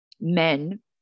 men